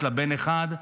יש לה בן אחד,